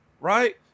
right